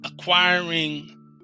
acquiring